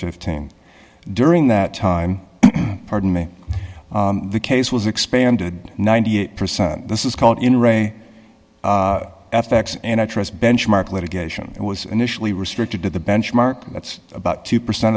fifteen during that time pardon me the case was expanded ninety eight percent this is called in re f x and i trust benchmark litigation it was initially restricted to the benchmark that's about two percent